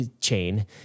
chain